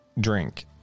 drink